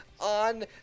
On